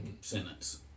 sentence